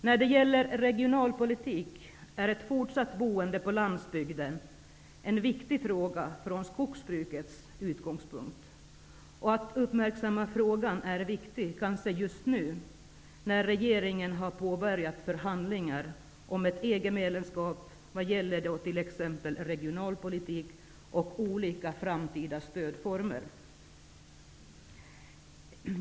När det gäller regionalpolitik är ett fortsatt boende på landsbygden en viktig fråga från skogsbrukets utgångspunkt. Att uppmärksamma frågan är viktigt just nu, när regeringen har påbörjat förhandlingar om ett EG-medlemskap vad gäller t ex regionalpolitik och olika framtida stödformer.